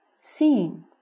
Seeing